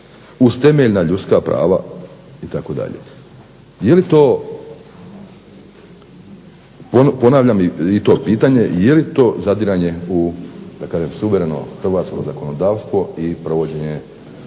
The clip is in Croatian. uz temeljna ljudska prava itd. Je li to ponavljam i to pitanje, je li to zadiranje u da kažem suvereno hrvatsko zakonodavstvo i provođenje